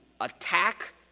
attack